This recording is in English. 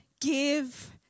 give